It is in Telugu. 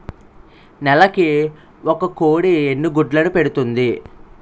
నెలకి ఒక కోడి ఎన్ని గుడ్లను పెడుతుంది?